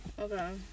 Okay